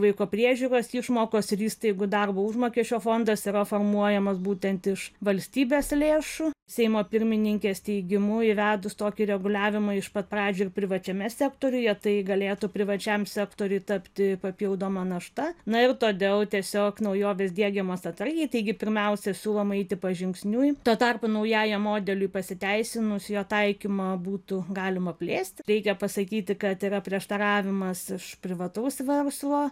vaiko priežiūros išmokos ir įstaigų darbo užmokesčio fondas yra formuojamas būtent iš valstybės lėšų seimo pirmininkės teigimu įvedus tokį reguliavimą iš pat pradžių ir privačiame sektoriuje tai galėtų privačiam sektoriui tapti papildoma našta na ir todėl tiesiog naujovės diegiamos atsargiai taigi pirmiausia siūloma eiti pažingsniui tuo tarpu naujajam modeliui pasiteisinus jo taikymą būtų galima plėsti reikia pasakyti kad yra prieštaravimas iš privataus verslo